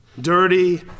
Dirty